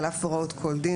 על אף הוראות כל דין,